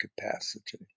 capacity